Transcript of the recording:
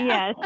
Yes